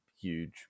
huge